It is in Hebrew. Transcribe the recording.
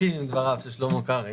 להסכים עם דבריו של שלמה קרעי.